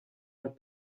are